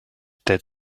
that